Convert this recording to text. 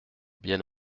bien